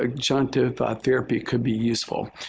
ah adjunctive therapy could be useful.